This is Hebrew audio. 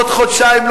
עוד חודשיים,